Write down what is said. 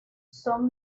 son